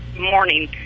morning